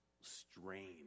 strain